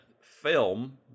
film